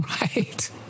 Right